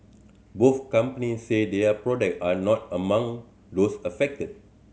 both companies said their product are not among those affected